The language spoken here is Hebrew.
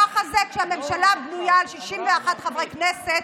ככה זה כשהממשלה בנויה על 61 חברי כנסת,